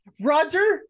Roger